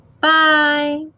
Bye